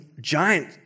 giant